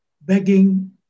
begging